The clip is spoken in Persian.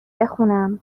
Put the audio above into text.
بخونم